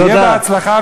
שיהיה בהצלחה,